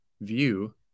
view